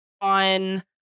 on